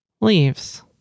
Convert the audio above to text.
leaves